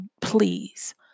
please